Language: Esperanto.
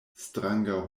stranga